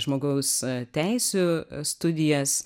žmogaus teisių studijas